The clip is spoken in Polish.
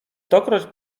stokroć